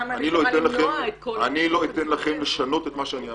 על מנת למנוע את כל --- אני לא אתן לכם לשנות את מה שאני אמרתי.